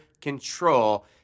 Control